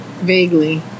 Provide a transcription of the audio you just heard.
Vaguely